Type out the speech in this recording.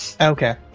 okay